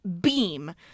beam